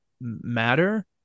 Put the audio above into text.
matter